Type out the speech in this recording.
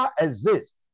exist